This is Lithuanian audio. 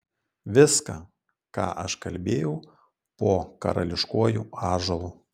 viską ką aš kalbėjau po karališkuoju ąžuolu